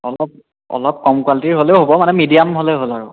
অলপ অলপ কম কোৱালিটীৰ হ'লেও হ'ব মানে মিডিয়াম হ'লেই হ'ল আৰু